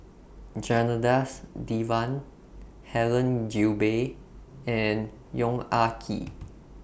Janadas Devan Helen Gilbey and Yong Ah Kee